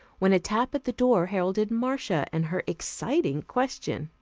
when a tap at the door heralded marcia and her exciting question.